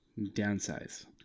Downsize